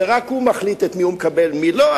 רק הוא מחליט את מי הוא מקבל ואת מי לא,